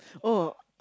oh